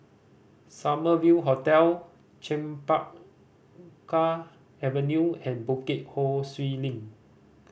Summer View Hotel Chempaka Avenue and Bukit Ho Swee Link